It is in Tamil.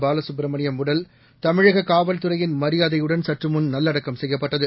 பாலசுப்பிரமணியம் உடல் தமிழக காவல்துறையின் மரியாதையுடன் சற்றுமுன் நல்லடக்கம் செய்யப்பட்டது